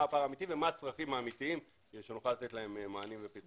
ומה הצרכים האמיתיים כדי שנוכל לתת מענים ופתרונות.